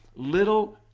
little